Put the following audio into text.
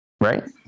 Right